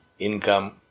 income